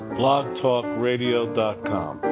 blogtalkradio.com